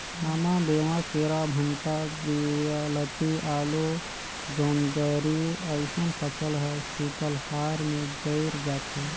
आमा, मेवां, केरा, भंटा, वियलती, आलु, जोढंरी अइसन फसल हर शीतलहार में जइर जाथे